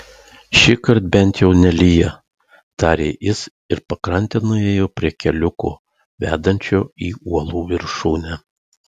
šįkart bent jau nelyja tarė jis ir pakrante nuėjo prie keliuko vedančio į uolų viršūnę